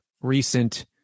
recent